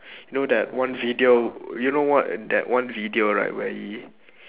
you know that one video you know what that one video right where he